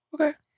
okay